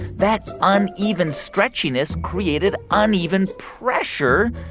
that uneven stretchiness created uneven pressure,